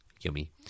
Yummy